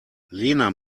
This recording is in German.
lena